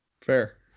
Fair